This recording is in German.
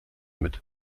mit